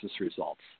results